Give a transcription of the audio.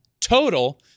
total